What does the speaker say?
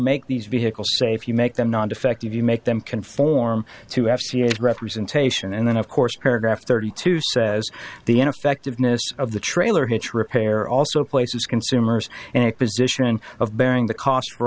make these vehicles safe you make them non defective you make them conform to f c s representation and then of course paragraph thirty two says the ineffectiveness of the trailer hitch repair also places consumers in a position of bearing the cost for